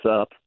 up